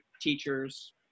teachers